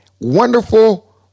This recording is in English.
wonderful